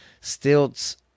stilts